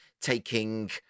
taking